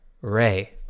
Ray